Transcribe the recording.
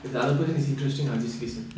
if the other person is interesting I just listen